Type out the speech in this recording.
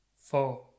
four